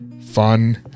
fun